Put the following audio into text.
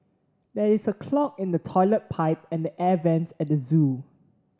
there is a clog in the toilet pipe and the air vents at the zoo